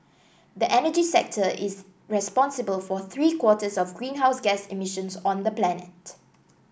the energy sector is responsible for three quarters of greenhouse gas emissions on the planet